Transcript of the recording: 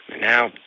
Now